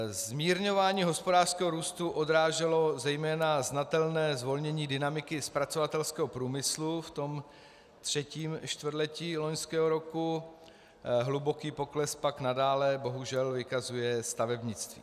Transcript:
Zmírňování hospodářského růstu odráželo zejména znatelné zvolnění dynamiky zpracovatelského průmyslu ve třetím čtvrtletí loňského roku, hluboký pokles pak nadále bohužel vykazuje stavebnictví.